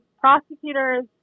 prosecutors